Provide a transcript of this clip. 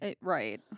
Right